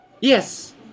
Yes